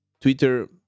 Twitter